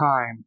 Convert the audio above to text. time